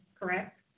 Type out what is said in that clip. correct